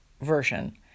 version